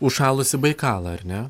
užšalusį baikalą ar ne